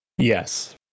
Yes